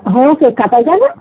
हो केक कापायचा ना